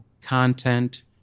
content